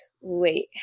wait